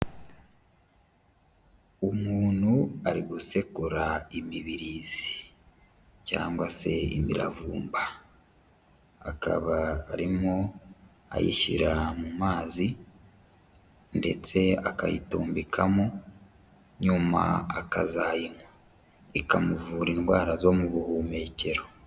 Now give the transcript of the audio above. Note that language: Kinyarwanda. Umuntu ari gusekura imibirizi cyangwa se imiravumba, akaba arimo ayishyira mu mazi ndetse akayitumbikamo nyuma akazayinywa, ikamuvura indwara zo mu buhumekero.